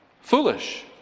foolish